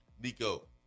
Nico